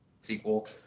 sequel